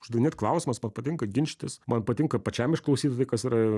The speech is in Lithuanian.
uždavinėt klausimus man patinka ginčytis man patinka pačiam išklausyt tai kas yra